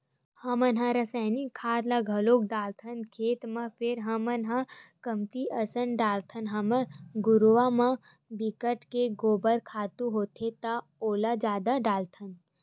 हमन ह रायसायनिक खाद ल घलोक डालथन खेत म फेर हमन ह कमती असन डालथन हमर घुरूवा म बिकट के गोबर खातू होथे त ओला जादा डारथन